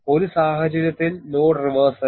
ഒരു സാഹചര്യത്തിൽ load reversal